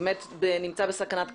באמת נמצא בסכנת קריסה.